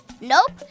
Nope